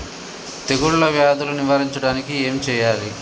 తెగుళ్ళ వ్యాధులు నివారించడానికి ఏం చేయాలి?